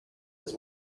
his